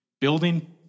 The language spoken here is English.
Building